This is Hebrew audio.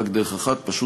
היא רק דרך אחת: פשוט,